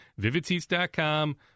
VividSeats.com